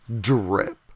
drip